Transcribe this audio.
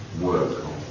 work